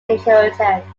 inheritance